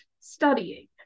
studying